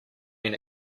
been